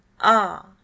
Ah